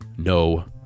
No